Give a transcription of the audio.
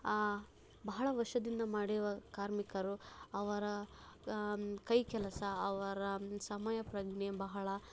ಬಹಳ ವರ್ಷದಿಂದ ಮಾಡಿರುವ ಕಾರ್ಮಿಕರು ಅವರ ಕೈಕೆಲಸ ಅವರ ಸಮಯಪ್ರಜ್ಞೆ ಬಹಳ